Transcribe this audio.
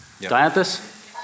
Dianthus